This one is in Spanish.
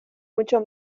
mucho